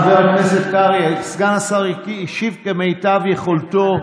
חבר הכנסת קרעי, סגן השר השיב כמיטב יכולתו.